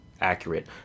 accurate